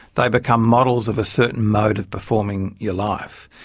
they become models of a certain mode of performing your life,